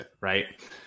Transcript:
right